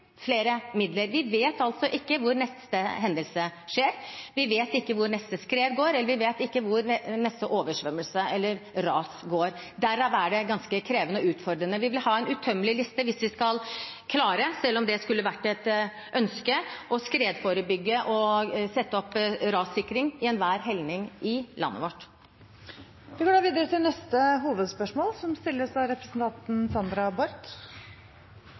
flere midler. Vi vet ikke hvor neste hendelse skjer. Vi vet ikke hvor neste skred går, eller hvor neste oversvømmelse skjer. Der er været ganske krevende og utfordrende. Vi måtte ha en utømmelig liste hvis vi skulle klare – om det hadde vært et ønske – å skredforebygge og sette opp rassikring i enhver helning i landet vårt. Vi går til neste hovedspørsmål. Mitt spørsmål går til samfunnssikkerhetsministeren. Før jul debatterte vi spørsmålet om valg av